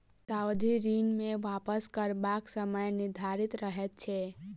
सावधि ऋण मे वापस करबाक समय निर्धारित रहैत छै